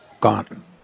gone